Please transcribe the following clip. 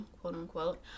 quote-unquote